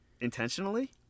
Intentionally